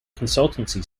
consultancy